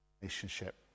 relationship